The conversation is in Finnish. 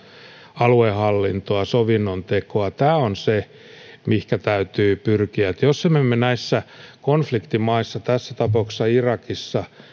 aluehallintoa sovinnontekoa tämä on se mihin täytyy pyrkiä jos emme me näissä konf liktimaissa tässä tapauksessa irakissa